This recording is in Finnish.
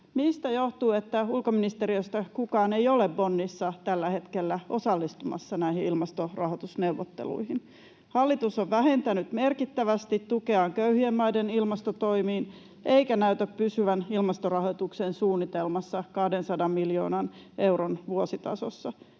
Mistä johtuu, että ulkoministeriöstä kukaan ei ole Bonnissa tällä hetkellä osallistumassa näihin ilmastorahoitusneuvotteluihin? Hallitus on vähentänyt merkittävästi tukeaan köyhien maiden ilmastotoimiin eikä näytä pysyvän ilmastorahoituksen suunnitelmassa, 200 miljoonan euron vuositasossa.